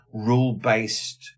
rule-based